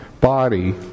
body